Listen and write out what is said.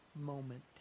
moment